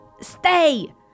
stay